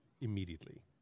Immediately